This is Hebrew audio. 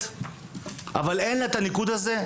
מוכשרת שאין לה את הניקוד הזה,